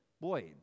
boy